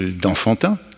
d'Enfantin